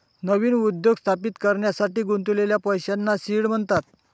नवीन उद्योग स्थापित करण्यासाठी गुंतवलेल्या पैशांना सीड म्हणतात